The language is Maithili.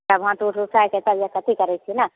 सब हाथ उथ उठाएके तब जाके अथी करै छियै ने